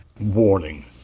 Warning